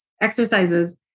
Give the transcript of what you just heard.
exercises